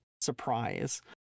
surprise